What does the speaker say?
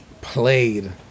played